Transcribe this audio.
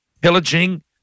pillaging